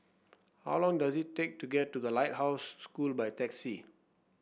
how long does it take to get to The Lighthouse School by taxi